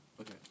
okay